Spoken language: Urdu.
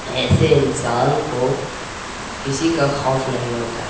ایسے انسان کو کسی کا خوف نہیں ہوتا ہے